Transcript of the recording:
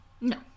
No